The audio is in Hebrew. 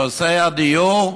נושא הדיור,